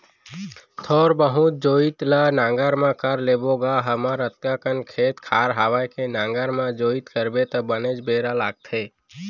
थोर बहुत जोइत ल नांगर म कर लेबो गा हमर अतका कन खेत खार हवय के नांगर म जोइत करबे त बनेच बेरा लागथे